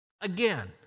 Again